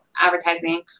advertising